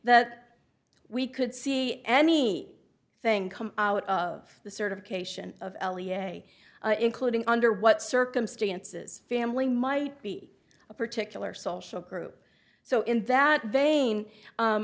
that we could see any thing come out of the certification of l e a including under what circumstances family might be a particular social group so in that vein